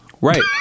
right